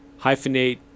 hyphenate